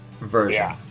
version